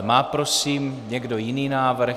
Má prosím někdo jiný návrh?